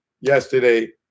yesterday